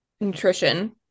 nutrition